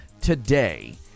today